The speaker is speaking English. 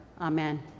Amen